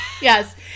Yes